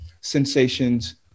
sensations